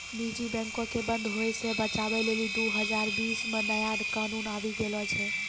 निजी बैंको के बंद होय से बचाबै लेली दु हजार बीस मे नया कानून आबि गेलो छै